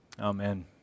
Amen